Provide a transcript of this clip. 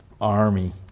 army